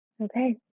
Okay